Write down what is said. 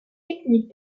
techniques